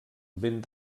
ben